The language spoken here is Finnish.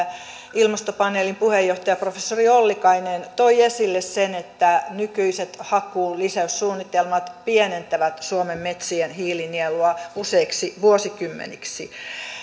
ilmastopaneelin puheenjohtaja professori ollikainen toi esille sen että nykyiset hakkuun lisäyssuunnitelmat pienentävät suomen metsien hiilinielua useiksi vuosikymmeniksi